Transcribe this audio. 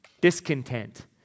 discontent